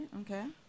Okay